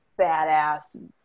badass